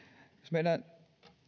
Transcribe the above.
meillä